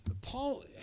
Paul